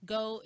go